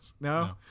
No